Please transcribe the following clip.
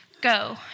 go